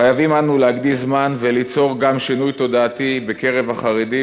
חייבים אנו להקדיש זמן וליצור גם שינוי תודעתי בקרב החרדים,